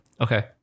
okay